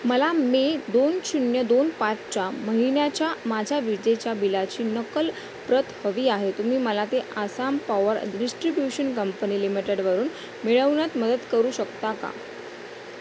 मला मे दोन शून्य दोन पाचच्या महिन्याच्या माझ्या विजेच्या बिलाची नकल प्रत हवी आहे तुम्ही मला ते आसाम पॉवर डिस्ट्रीब्युशन कंपनी लिमिटेडवरून मिळवण्यात मदत करू शकता का